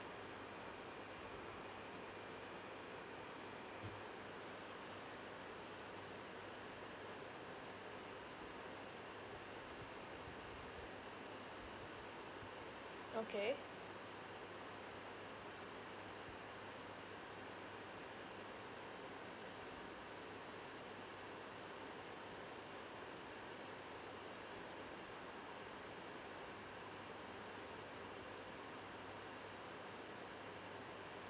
okay